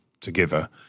together